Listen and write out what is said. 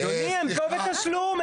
אדוני, הם פה בתשלום.